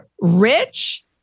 Rich